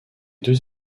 deux